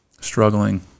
struggling